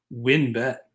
WinBet